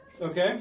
Okay